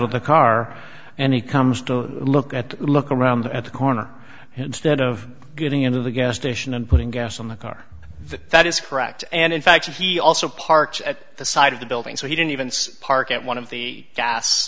of the car and he comes to look at look around at the corner instead of getting into the gas station and putting gas on the car that is correct and in fact he also parked at the side of the building so he didn't even park at one of the gas